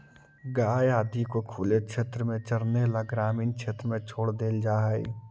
गाय आदि को खुले क्षेत्र में चरने ला ग्रामीण क्षेत्र में छोड़ देल जा हई